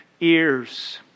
ears